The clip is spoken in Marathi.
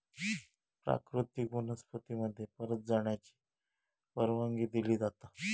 प्राकृतिक वनस्पती मध्ये परत जाण्याची परवानगी दिली जाता